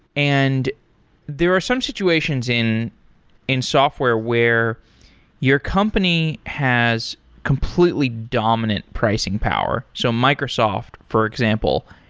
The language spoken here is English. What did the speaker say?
and there are some situations in in software where your company has completely dominant pricing power. so microsoft, for example,